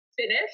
finish